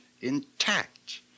intact